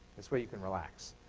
this way you can relax.